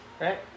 Right